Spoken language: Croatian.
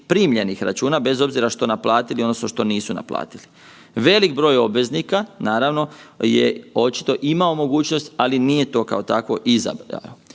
primljenih računa, bez obzira što naplatili odnosno što nisu naplatili. Velik broj obveznika naravno očito je imao mogućnost, ali to nije to kao takvo izabrao.